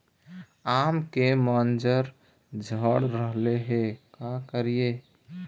आम के मंजर झड़ रहले हे का करियै?